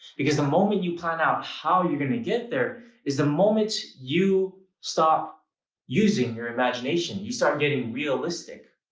because the moment you plan out how you're gonna get there is the moment you stop using your imagination. you start getting realistic,